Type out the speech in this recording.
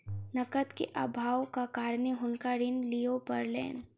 नकद के अभावक कारणेँ हुनका ऋण लिअ पड़लैन